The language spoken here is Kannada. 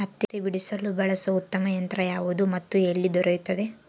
ಹತ್ತಿ ಬಿಡಿಸಲು ಬಳಸುವ ಉತ್ತಮ ಯಂತ್ರ ಯಾವುದು ಮತ್ತು ಎಲ್ಲಿ ದೊರೆಯುತ್ತದೆ?